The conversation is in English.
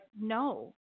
no